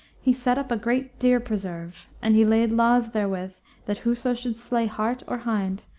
he set up a great deer preserve, and he laid laws therewith that whoso should slay hart or hind,